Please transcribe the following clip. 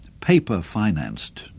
paper-financed